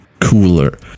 cooler